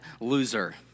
loser